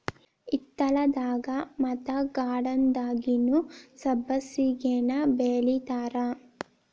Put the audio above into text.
ಹಿತ್ತಲದಾಗ ಮತ್ತ ಗಾರ್ಡನ್ದಾಗುನೂ ಸಬ್ಬಸಿಗೆನಾ ಬೆಳಿತಾರ